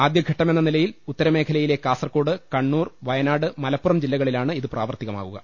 ആദ്യഘട്ടമെന്ന നില യിൽ ഉത്തരമേഖലയിലെ കാസർക്കോട് കണ്ണൂർ വയനാട് മലപ്പുറം ജില്ലകളിലാണ് ഇത് പ്രാവർത്തികമാകുക